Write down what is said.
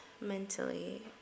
mentally